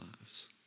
lives